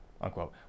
unquote